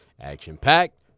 action-packed